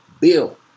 bill